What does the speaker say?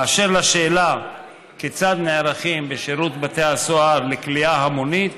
באשר לשאלה כיצד נערכים בשירות בתי הסוהר לכליאה המונית,